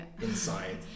inside